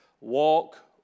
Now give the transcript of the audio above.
walk